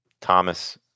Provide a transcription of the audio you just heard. Thomas